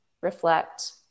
reflect